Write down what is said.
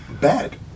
bad